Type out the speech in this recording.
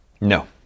No